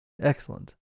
excellent